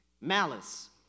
Malice